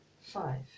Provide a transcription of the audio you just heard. Five